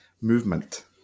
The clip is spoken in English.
movement